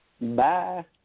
Bye